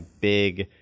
big